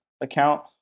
account